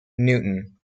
newton